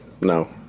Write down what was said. No